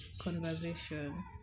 conversation